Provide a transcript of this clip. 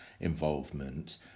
involvement